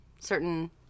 certain